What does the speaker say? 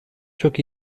çok